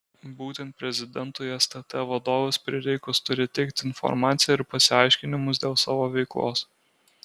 būtent prezidentui stt vadovas prireikus turi teikti informaciją ir pasiaiškinimus dėl savo veiklos